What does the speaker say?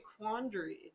quandary